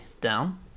down